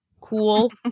cool